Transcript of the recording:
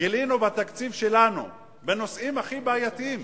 גילינו בתקציב שלנו, בנושאים הכי בעייתיים,